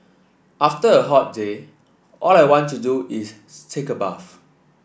after a hot day all I want to do is take a bath